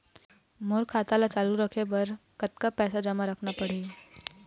मोर खाता ला चालू रखे बर म कतका पैसा जमा रखना पड़ही?